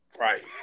Right